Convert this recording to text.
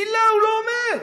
מילה הוא לא אומר.